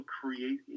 create